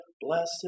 blessed